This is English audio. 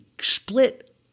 split